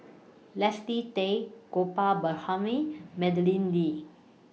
Leslie Tay Gopal Madeleine Lee